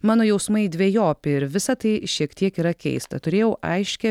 mano jausmai dvejopi ir visa tai šiek tiek yra keista turėjau aiškią